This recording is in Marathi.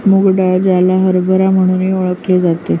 मूग डाळ, ज्याला हरभरा म्हणूनही ओळखले जाते